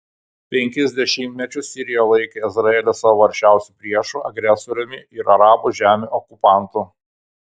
penkis dešimtmečius sirija laikė izraelį savo aršiausiu priešu agresoriumi ir arabų žemių okupantu